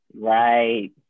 Right